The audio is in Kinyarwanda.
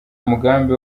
mugambi